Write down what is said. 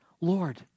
Lord